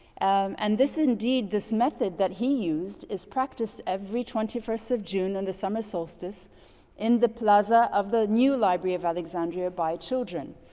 and this indeed, this method that he used is practiced every twenty first of june in and the summer solstice in the plaza of the new library of alexandria by children.